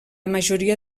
majoria